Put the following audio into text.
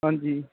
ਹਾਂਜੀ